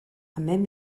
même